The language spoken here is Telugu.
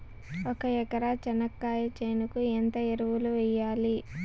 ఒక ఎకరా చెనక్కాయ చేనుకు ఎంత ఎరువులు వెయ్యాలి?